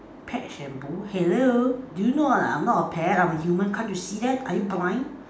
pet shampoo hello do you know I'm not a pet I'm a human can't you see that are you blind